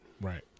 Right